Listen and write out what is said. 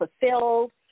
fulfilled